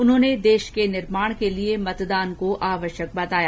उन्होंने देश के निर्माण के लिए मतदान को आवश्यक बताया